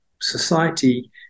society